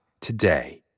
today